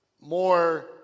more